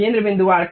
केंद्र बिंदु आर्क